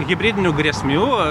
hibridinių grėsmių